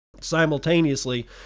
Simultaneously